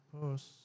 post